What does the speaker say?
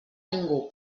ningú